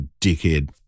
dickhead